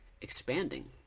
expanding